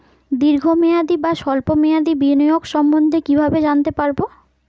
দীর্ঘ মেয়াদি বা স্বল্প মেয়াদি বিনিয়োগ সম্বন্ধে কীভাবে জানতে পারবো?